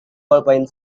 bolpoin